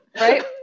Right